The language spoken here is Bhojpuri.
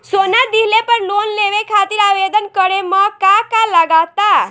सोना दिहले पर लोन लेवे खातिर आवेदन करे म का का लगा तऽ?